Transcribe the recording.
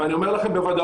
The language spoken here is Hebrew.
אבל אני אומר לכם בוודאות,